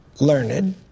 learned